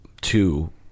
two